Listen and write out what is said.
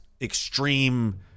extreme